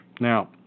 now